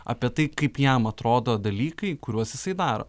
apie tai kaip jam atrodo dalykai kuriuos jisai daro